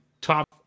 top